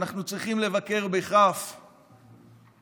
ואנחנו צריכים לבכר את הלוחמים.